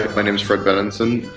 my name is fred benenson,